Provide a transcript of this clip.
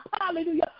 hallelujah